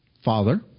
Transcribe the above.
Father